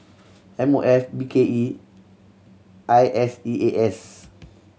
M O F B K E I S E A S